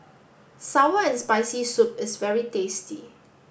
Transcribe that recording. Sour and Spicy Soup is very tasty